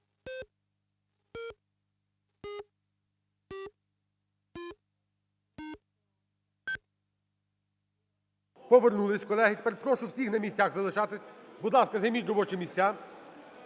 Повернулись, колеги. Тепер прошу всіх на місцях залишатись. Будь ласка, займіть робочі місця,